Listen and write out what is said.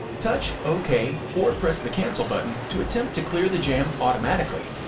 touch ok or press the cancel button to attempt to clear the jam automatically.